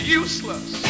useless